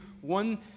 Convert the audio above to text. one